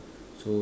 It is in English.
so